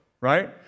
right